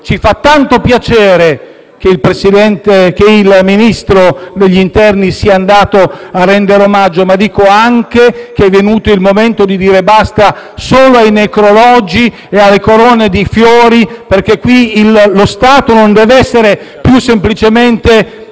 Ci fa tanto piacere che il Ministro dell'interno sia andato a rendere omaggio, ma dico anche che è venuto il momento di dire basta solo ai necrologi e alle corone di fiori. Lo Stato non deve essere più semplicemente